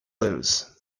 lose